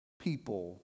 people